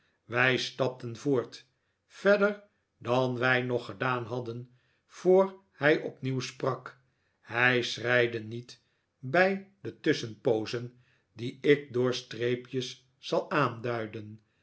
wij stapten voort verder dan wij nog gedaan hadden voor hij opnieuw sprak hij schreide niet bij de tusschenpoozen die ik door streepjes zal aanduiden